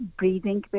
breathing